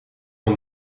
van